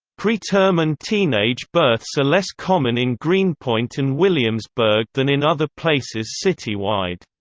preterm and teenage births are less common in greenpoint and williamsburg than in other places citywide.